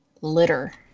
litter